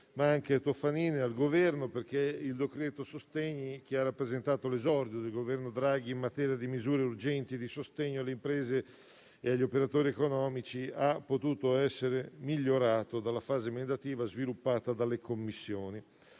Manca e Toffanin e dal Governo, perché il decreto-legge sostegni, che ha rappresentato l'esordio del Governo Draghi in materia di misure urgenti di sostegno alle imprese e agli operatori economici, è potuto essere migliorato dalla fase emendativa, sviluppata dalle Commissioni.